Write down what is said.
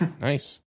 Nice